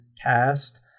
Cast